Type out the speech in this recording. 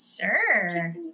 sure